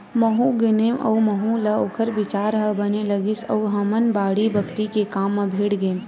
महूँ गुनेव अउ महूँ ल ओखर बिचार ह बने लगिस अउ हमन बाड़ी बखरी के काम म भीड़ गेन